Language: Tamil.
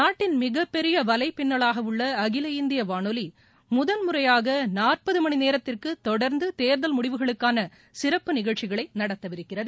நாட்டின் மிகப்பெரிய வலைப்பின்னலாக உள்ள அகில இந்திய வானொலி முதன்முறையாக நாற்பது மணிநேரத்திற்கு தொடர்ந்து தேர்தல் முடிவுகளுக்கான சிறப்பு நிகழ்ச்சிகளை நடத்தவிருக்கிறது